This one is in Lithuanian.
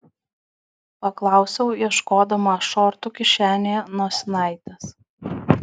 paklausiau ieškodama šortų kišenėje nosinaitės